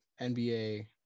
NBA